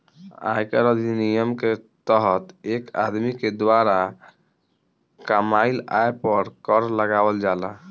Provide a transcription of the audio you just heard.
आयकर अधिनियम के तहत एक आदमी के द्वारा कामयिल आय पर कर लगावल जाला